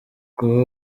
kuba